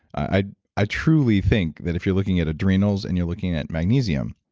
i i truly think that if you're looking at adrenals and you're looking at magnesium,